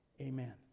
Amen